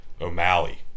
O'Malley